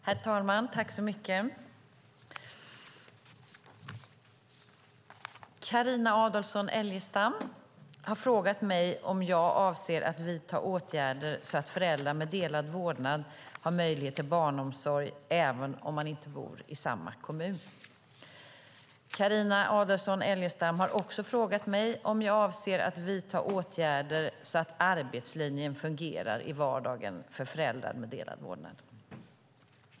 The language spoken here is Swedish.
Herr talman! Carina Adolfsson Elgestam har frågat mig om jag avser att vidta åtgärder så att föräldrar med delad vårdnad har möjlighet till barnomsorg även om man inte bor i samma kommun. Carina Adolfsson Elgestam har också frågat mig om jag avser att vidta åtgärder så att arbetslinjen fungerar i vardagen för föräldrar med delad vårdnad.